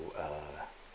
to uh